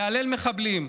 להלל מחבלים,